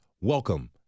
welcome